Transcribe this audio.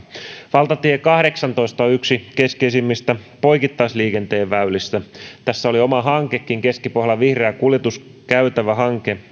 valtatie kahdeksantoista on yksi keskeisimmistä poikittaisliikenteen väylistä tässä oli muutama vuosi sitten oma hankekin keskipohjolan vihreä kuljetuskäytävä hanke